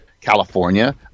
california